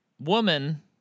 woman